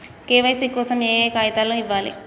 KYC కోసం ఏయే కాగితాలు ఇవ్వాలి?